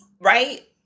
Right